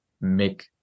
make